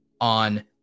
on